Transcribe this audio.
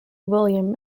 william